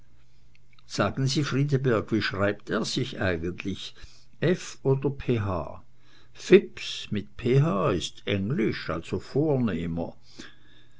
sagen sie friedeberg wie schreibt er sich eigentlich f oder ph phips mit ph ist englisch also vornehmer